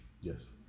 Yes